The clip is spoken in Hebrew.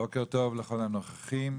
בוקר טוב לכל הנוכחים,